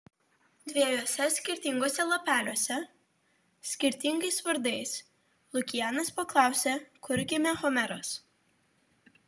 dviejuose skirtinguose lapeliuose skirtingais vardais lukianas paklausė kur gimė homeras